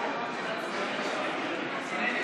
נגד